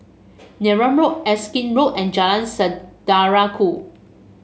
Neram Road Erskine Road and Jalan Saudara Ku